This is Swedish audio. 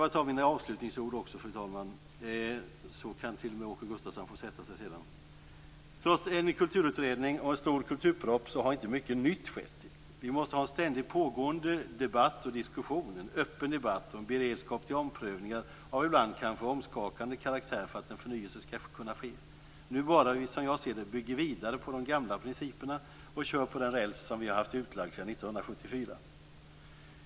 Efter mina avslutningsord kan t.o.m. Åke Gustavsson sätta sig. Trots en enig kulturutredning och stor kulturproposition har inget nytt skett. Vi måste ha en ständigt pågående debatt och diskussion, en öppen debatt och beredskap till omprövningar av ibland omskakande karaktär för att en förnyelse skall kunna ske. Som jag ser det bygger man vidare på de gamla principerna och kör på den räls som vi har haft utlagd sedan 1974.